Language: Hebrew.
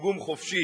בתרגום חופשי: